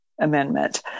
amendment